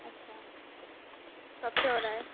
اچھا کب سے ہو رہا ہے